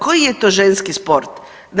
Koji je to ženski sport?